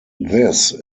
this